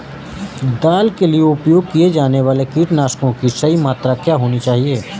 दाल के लिए उपयोग किए जाने वाले कीटनाशकों की सही मात्रा क्या होनी चाहिए?